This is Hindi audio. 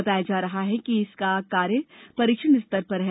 बताया जा रहा है कि इसका कार्य परीक्षण स्तर पर है